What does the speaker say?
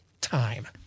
time